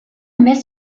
mis